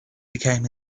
became